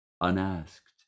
unasked